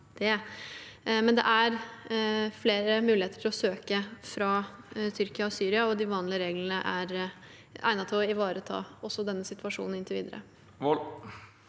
Det er flere muligheter for å søke fra Tyrkia og Syria, og de vanlige reglene er egnet til å ivareta også denne situasjonen inntil videre.